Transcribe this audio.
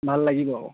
ভাল লাগিব আকৌ